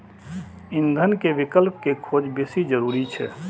ईंधन के विकल्प के खोज बेसी जरूरी छै